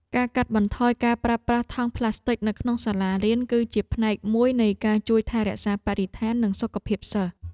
ការកាត់បន្ថយការប្រើប្រាស់ថង់ប្លាស្ទិកនៅក្នុងសាលារៀន គឺជាផ្នែកមួយនៃការជួយថែរក្សាបរិស្ថាននិងសុខភាពសិស្ស។